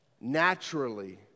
naturally